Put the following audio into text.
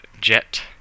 jet